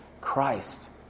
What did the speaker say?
Christ